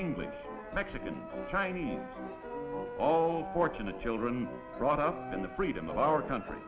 english mexican chinese all fortunate children brought up in the freedom of our country